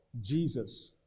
Jesus